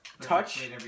touch